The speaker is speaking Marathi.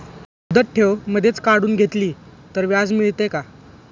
मुदत ठेव मधेच काढून घेतली तर व्याज मिळते का?